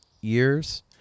years